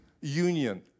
union